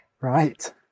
Right